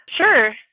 Sure